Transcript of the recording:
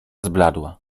zbladła